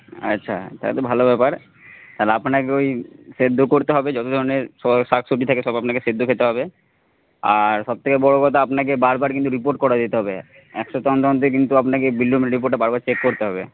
আচ্ছা তাহলে ভালো ব্যাপার তাহলে আপনাকে ওই সেদ্ধ করতে হবে যত ধরনের সব শাকসবজি থাকে সব আপনাকে সেদ্ধ খেতে হবে আর সবথেকে বড় কথা আপনাকে বারবার কিন্তু রিপোর্ট করে যেতে হবে এক সপ্তাহ অন্তর অন্তর কিন্তু আপনাকে বিলিরুবিন রিপোর্টটা বারবার চেক করতে হবে